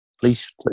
please